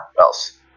else